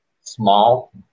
small